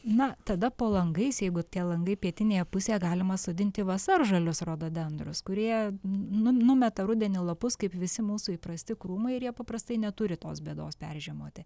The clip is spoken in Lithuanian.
na tada po langais jeigu tie langai pietinėje pusėje galima sodinti vasaržalius rododendrus kurie numeta rudenį lapus kaip visi mūsų įprasti krūmai ir jie paprastai neturi tos bėdos peržiemoti